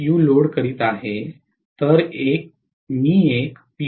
u load करीत आहे तर मी 1 p